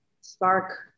spark